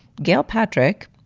gilpatric,